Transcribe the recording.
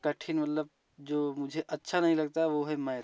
कठिन मतलब जो मुझे अच्छा नहीं लगता वो है मैथ